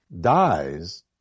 dies